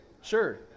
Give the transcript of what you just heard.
sure